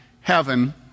heaven